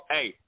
Hey